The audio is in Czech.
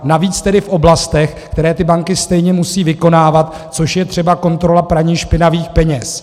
Navíc v oblastech, které ty banky stejně musejí vykonávat, což je třeba kontrola praní špinavých peněz.